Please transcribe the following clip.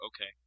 Okay